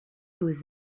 beaux